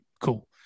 Cool